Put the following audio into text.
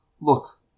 Look